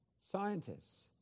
scientists